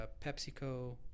PepsiCo